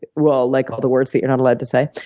well, like all the words that you're not allowed to say.